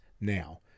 now